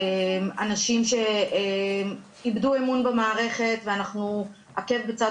אנשים שאיבדו אמון במערכת ואנחנו עקב בצד